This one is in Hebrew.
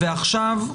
ועכשיו?